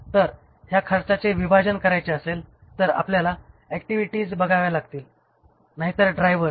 तर ह्या खर्चाचे विभाजन करायचे असेल तर आपल्याला ऍक्टिव्हिटीज बघाव्या लागतील नाही तर ड्रायव्हर्स